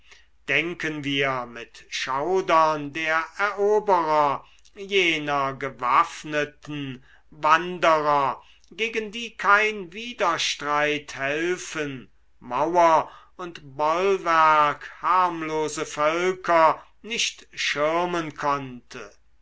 denken wir mit schaudern der eroberer jener gewaffneten wanderer gegen die kein widerstreit helfen mauer und bollwerk harmlose völker nicht schirmen konnte